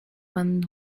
when